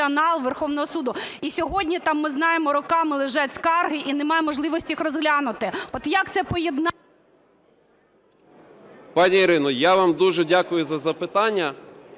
Пані Ірино, я вам дуже дякую за запитання.